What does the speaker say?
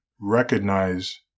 recognize